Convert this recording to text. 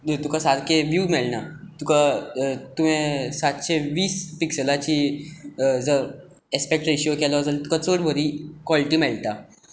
तुका सारके व्यू मेळना तुवें सातशे वीस पिक्सलाची एस्पॅक्ट रॅशियो केलो जाल्यार तुका चड बरी कॉलिटी मेळटा